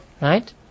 Right